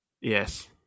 Yes